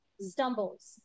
stumbles